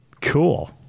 Cool